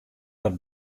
dat